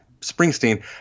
Springsteen